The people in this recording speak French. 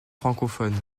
francophone